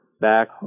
back